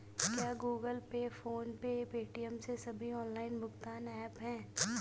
क्या Google pay PhonePe Paytm ये सभी ऑनलाइन भुगतान ऐप हैं?